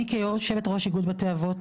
אני יושבת ראש בתי אבות,